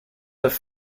have